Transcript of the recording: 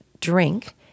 drink